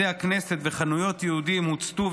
בתי הכנסת וחנויות יהודים הוצתו,